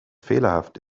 fehlerhaft